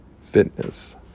Fitness